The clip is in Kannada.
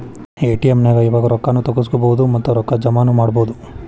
ಎ.ಟಿ.ಎಂ ನ್ಯಾಗ್ ಇವಾಗ ರೊಕ್ಕಾ ನು ತಗ್ಸ್ಕೊಬೊದು ಮತ್ತ ರೊಕ್ಕಾ ಜಮಾನು ಮಾಡ್ಬೊದು